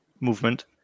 movement